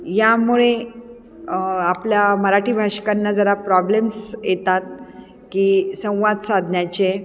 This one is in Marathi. यामुळे आपल्या मराठी भाषकांना जरा प्रॉब्लेम्स येतात की संवाद साधण्याचे